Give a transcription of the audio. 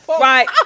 Right